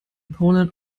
poland